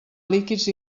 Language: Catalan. líquids